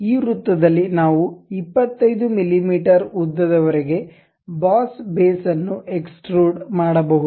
ಈ ವೃತ್ತದಲ್ಲಿ ನಾವು 25 ಮಿಮೀ ಉದ್ದದವರೆಗೆ ಬಾಸ್ ಬೇಸ್ ಅನ್ನು ಎಕ್ಸ್ಟ್ರುಡ್ ಮಾಡಬಹುದು